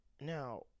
Now